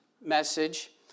message